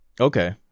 Okay